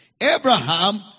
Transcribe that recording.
Abraham